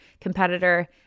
competitor